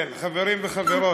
כן, חברים וחברות,